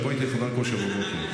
לבוא איתי לחדר כושר בבוקר.